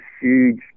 huge